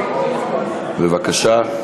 בבקשה.